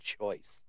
choice